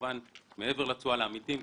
מעבר לתשואה לעמיתים,